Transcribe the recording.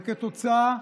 וכתוצאה,